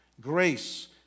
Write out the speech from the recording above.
grace